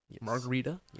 margarita